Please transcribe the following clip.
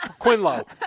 Quinlow